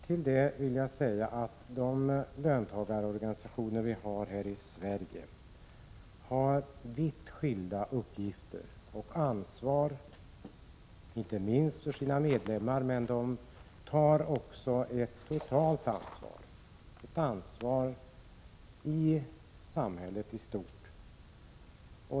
Till det vill jag säga att de löntagarorganisationer vi har här i Sverige har vitt skilda uppgifter och ansvar, inte minst för sina medlemmar. Men de tar också ett totalt ansvar, ett ansvar i samhället i stort.